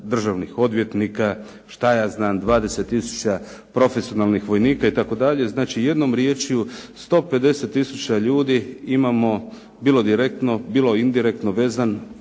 državnih odvjetnika šta ja znam 20 tisuća profesionalnih vojnika itd. Znači jednom riječju 150 tisuća ljudi imamo bilo direktno bilo indirektno vezano